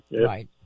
right